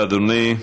תודה, אדוני.